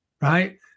right